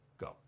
Go